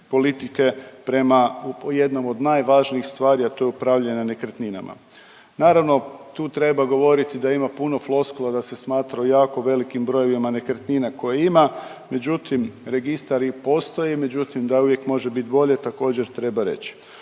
politike prema jednom od najvažnijih stvari, a to je upravljanje nekretninama. Naravno, tu treba govoriti da ima puno floskula, da se smatraju jako velikim brojevima nekretnine koje ima, međutim, registar i postoji, međutim, da uvijek može bit bolje, također treba reći.